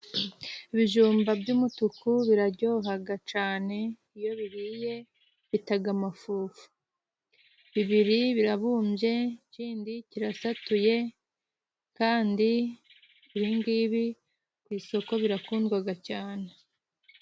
Ibijumba by'umutuku birajyohaga cane, iyo bihiye bitaga amafufu. Bibiri birabumbye ikindi kirasatuye, kandi ibingibi ku isoko birakundwaga cyane.